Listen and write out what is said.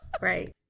Right